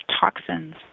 toxins